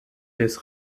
des